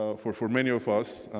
ah for for many of us.